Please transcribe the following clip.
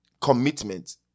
commitment